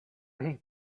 den